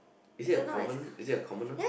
is it a common is it a common one